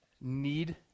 need